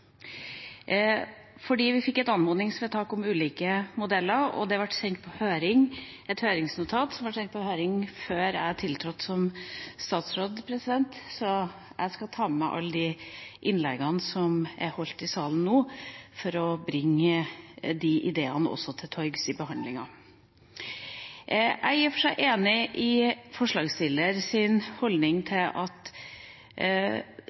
Vi fikk et anmodningsvedtak om ulike modeller, og et høringsnotat ble sendt på høring før jeg tiltrådte som statsråd. Jeg skal ta med meg alle innleggene som er holdt i salen nå, og bringe også de ideene til torgs i behandlingen. Jeg er i og for seg enig i forslagsstillernes holdning